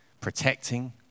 protecting